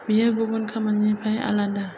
बियो गुबुन खामानिनिफ्राय आलादा